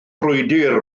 frwydr